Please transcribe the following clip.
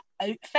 outfit